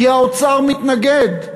כי האוצר מתנגד.